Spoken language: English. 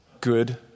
good